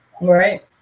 right